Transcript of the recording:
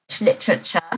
literature